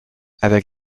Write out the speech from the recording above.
avec